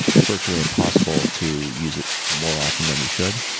it's virtually impossible to use it more often than you should,